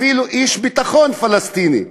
אפילו איש ביטחון פלסטיני,